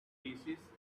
paces